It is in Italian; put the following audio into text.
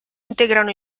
integrano